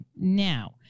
Now